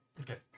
Okay